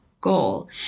goal